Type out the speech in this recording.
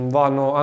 vanno